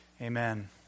amen